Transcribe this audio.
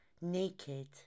naked